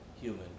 human